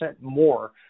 more